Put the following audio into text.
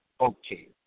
Okay